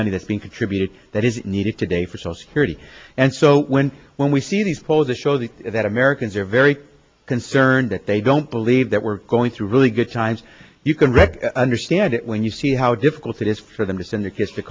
money that's being contributed that is needed today for social security and so when when we see these polls shows that americans are very concerned that they don't believe that we're going through really good times you can wreck understand it when you see how difficult it is for them to send their kids to